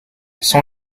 son